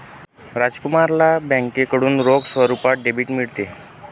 राजकुमारला बँकेकडून रोख स्वरूपात डेबिट मिळते